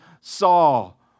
Saul